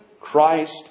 Christ